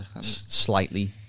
slightly